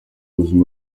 ubuzima